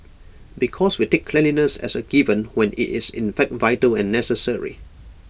because we take cleanliness as A given when IT is in fact vital and necessary